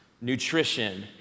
nutrition